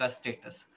status